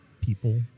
people